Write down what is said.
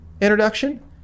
introduction